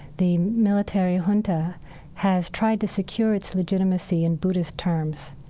the military junta has tried to secure its legitimacy in buddhist terms.